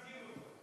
למה אתה מזכיר אותם?